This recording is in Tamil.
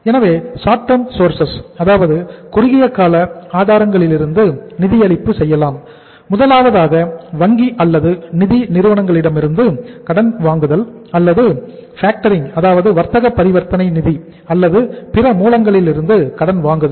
எனவே ஷார்ட் டேர்ம் சோர்சஸ் அதாவது வர்த்தக பரிவர்த்தனை நிதி அல்லது பிற மூலங்களிலிருந்து கடன் வாங்குதல்